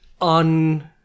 on